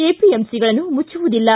ಎಪಿಎಂಸಿಗಳನ್ನು ಮುಚ್ಚುವುದಿಲ್ಲ